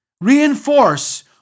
reinforce